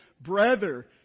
brother